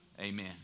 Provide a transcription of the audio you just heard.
amen